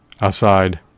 outside